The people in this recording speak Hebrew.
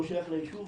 הוא לא שייך ליישוב,